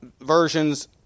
versions